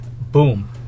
Boom